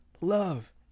love